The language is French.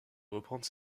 reprendre